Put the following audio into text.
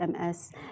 MS